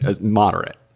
moderate